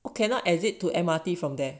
I cannot exit to M_R_T from there